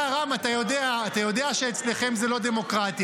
מה --- רם, אתה יודע שאצלכם זו לא דמוקרטיה.